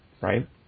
Right